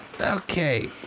Okay